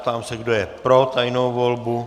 Ptám se, kdo je pro tajnou volbu.